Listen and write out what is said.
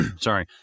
sorry